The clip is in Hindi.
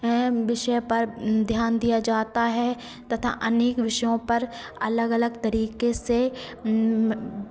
विषय पर ध्यान दिया जाता है तथा अनेक विषयों पर अलग अलग तरीके से